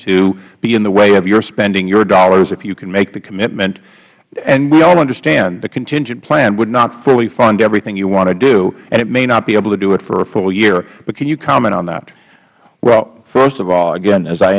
to be in the way of your spending your dollars if you can make the commitment and we all understand the contingent plan would not fully fund everything you want to do and it may not be able to do it for a full year but can you comment on that mayor gray well first of all again as i